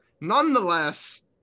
nonetheless